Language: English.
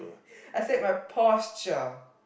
I said my posture